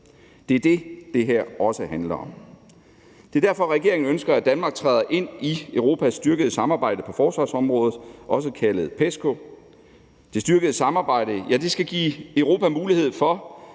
Det er det, det her også handler om. Det er derfor, regeringen ønsker, at Danmark træder ind i Europas styrkede samarbejde på forsvarsområdet, også kaldet PESCO. Det styrkede samarbejde skal give Europa mulighed for